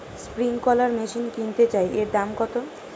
Sprinkler machine কিনতে চাই এর দাম কত?